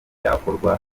byakorwa